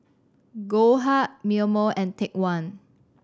Goldheart Mimeo and Take One